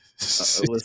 Listen